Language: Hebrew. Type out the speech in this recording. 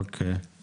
אנחנו